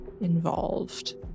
involved